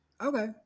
okay